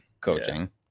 coaching